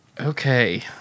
Okay